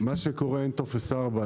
כשאין טופס 4,